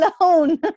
alone